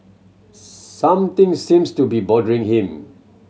something seems to be bothering him